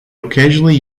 occasionally